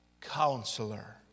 Counselor